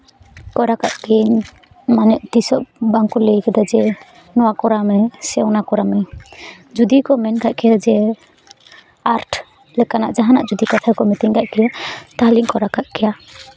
ᱠᱚᱨᱟᱣ ᱠᱟᱜ ᱠᱮᱭᱟᱧ ᱢᱟᱱᱮ ᱛᱤᱥ ᱦᱚᱸ ᱵᱟᱝᱠᱚ ᱞᱟᱹᱭ ᱠᱟᱫᱟ ᱡᱮ ᱱᱚᱣᱟ ᱠᱚᱨᱟᱣ ᱢᱮ ᱥᱮ ᱚᱱᱟ ᱠᱚᱨᱟᱣ ᱢᱮ ᱡᱩᱫᱤ ᱠᱚ ᱢᱮᱱ ᱠᱟᱜ ᱠᱮᱭᱟ ᱡᱮ ᱟᱨᱴ ᱞᱮᱠᱟᱱᱟᱜ ᱡᱟᱦᱟᱱᱟᱜ ᱡᱩᱫᱤ ᱠᱟᱛᱷᱟ ᱠᱚ ᱢᱮᱛᱟᱹᱧ ᱠᱟᱜ ᱠᱮᱭᱟ ᱛᱟᱦᱚᱞᱮᱧ ᱠᱚᱨᱟᱣ ᱠᱟᱜ ᱠᱮᱭᱟ